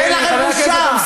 חבר הכנסת מלכיאלי.